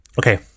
Okay